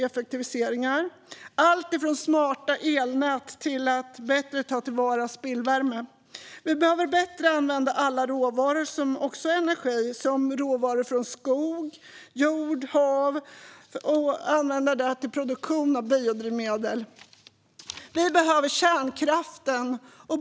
Det kan handla om allt från smarta elnät till att bättre ta till vara spillvärme. Vi behöver bättre använda alla råvaror som också är energi, som råvaror från skog, jord och hav, och använda dem för produktion av biodrivmedel. Vi behöver kärnkraften.